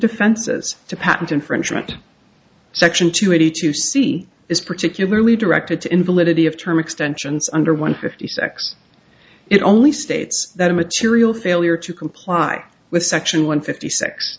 defenses to patent infringement section two eighty two c is particularly directed to invalidity of term extensions under one fifty sex it only states that a material failure to comply with section one fifty six